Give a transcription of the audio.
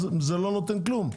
זה לא נותן כלום.